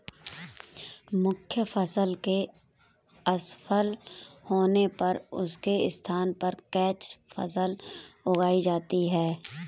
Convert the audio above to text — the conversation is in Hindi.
मुख्य फसल के असफल होने पर उसके स्थान पर कैच फसल उगाई जाती है